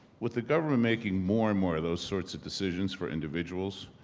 with the government making more and more of those sorts of decisions for individuals,